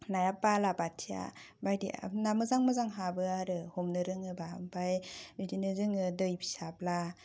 ना बालाबाथिया बायदि मोजां मोजां हाबो आरो हमनो रोङोबा ओमफ्राय बिदिनो जोङो दै फिसाब्ला